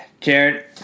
Jared